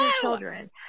children